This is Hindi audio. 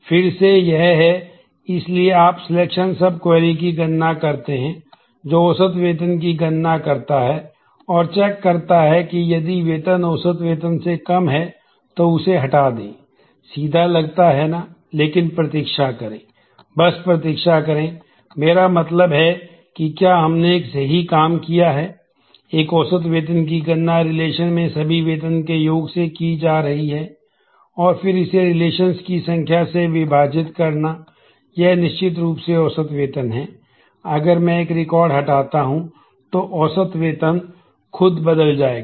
फिर से यह है इसलिए आप सिलेक्शन सब क्वेरी हटाता हूं तो औसत खुद बदल जाएगा